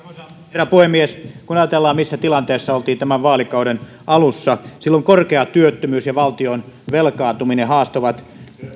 herra puhemies kun ajatellaan missä tilanteessa oltiin tämän vaalikauden alussa silloin korkea työttömyys ja valtion velkaantuminen haastoivat